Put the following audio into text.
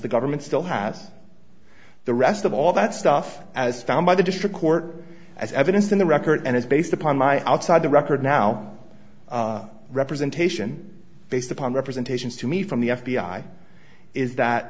the government still has the rest of all that stuff as found by the district court as evidence in the record and it's based upon my outside the record now representation based upon representations to me from the f b i is that